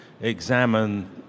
examine